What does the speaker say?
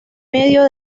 medio